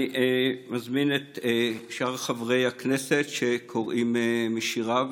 אני מזמין את שאר חברי הכנסת שיקראו משיריו.